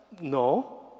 No